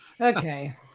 Okay